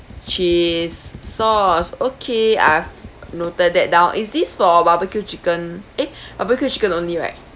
cheese sauce okay I've noted that down is this for barbecue chicken eh barbecue chicken only right